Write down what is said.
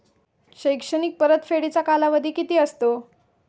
शैक्षणिक परतफेडीचा कालावधी किती असतो?